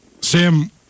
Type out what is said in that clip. Sam